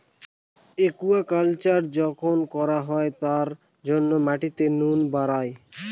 aquaculture যখন করা হয় তার জন্য মাটিতে নুন বাড়ায়